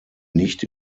nicht